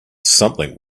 something